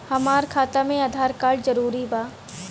हमार खाता में आधार कार्ड जरूरी बा?